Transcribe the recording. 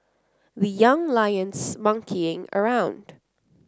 the Young Lions monkeying around